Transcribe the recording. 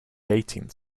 eighteenth